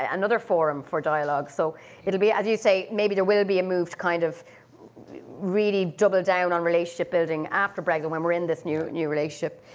ah another forum for dialog. so it'll be, as you say, maybe there will be a move to kind of really double down on relationship building after brexit, when we're in this new new relationship.